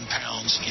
pounds